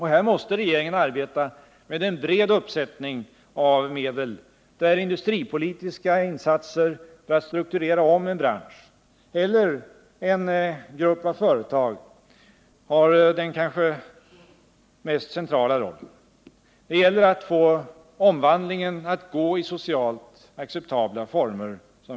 Här måste regeringen arbeta med en bred uppsättning av medel där industripolitiska insatser för att strukturera om en bransch eller en grupp av företag har den kanske mest centrala rollen. Det gäller att få omvandlingen att gå i socialt acceptabla former.